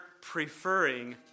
preferring